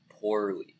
poorly